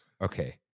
Okay